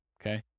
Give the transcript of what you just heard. okay